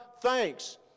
thanks